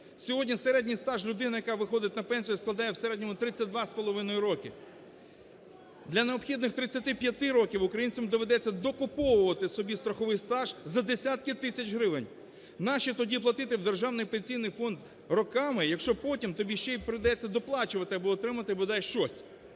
Сьогодні середній стаж людини, яка виходить на пенсію, складає в середньому 32,5 роки. Для необхідних 35 років українцям доведеться докуповувати собі страховий стаж за десятки тисяч гривень. Нащо тоді платити в державний Пенсійний фонд роками, якщо потім тобі ще прийдеться доплачувати аби отримати бодай щось?